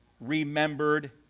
remembered